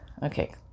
Okay